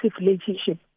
relationship